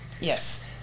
yes